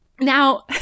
Now